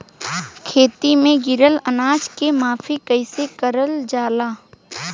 खेत में गिरल अनाज के माफ़ी कईसे करल जाला?